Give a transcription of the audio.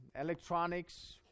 electronics